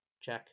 Check